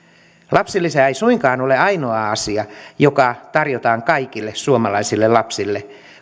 lapsilisä ei suinkaan ole ainoa asia joka tarjotaan kaikille suomalaisille lapsille